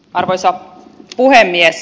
arvoisa puhemies